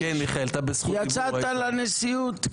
יצאת לנשיאות,